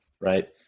Right